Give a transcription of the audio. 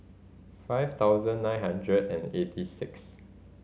five thousand nine hundred and eighty six